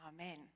amen